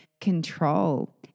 control